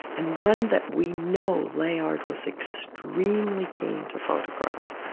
and one that we know layard was extremely keen to photograph,